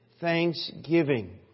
thanksgiving